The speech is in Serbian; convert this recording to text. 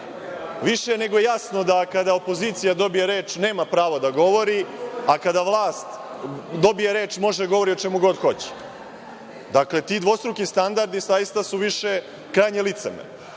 je nego jasno da kada opozicija dobije reč nema pravo da govori, a kada vlast dobije reč može da govori o čemu god hoće. Ti dvostruki standardi zaista su više krajnje licemerni.